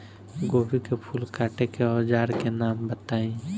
गोभी के फूल काटे के औज़ार के नाम बताई?